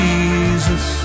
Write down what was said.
Jesus